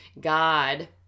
God